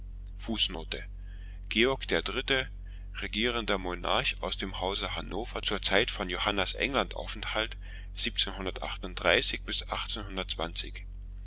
georg iii regierender monarch aus dem hause hannover zur zeit von